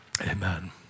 Amen